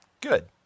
Good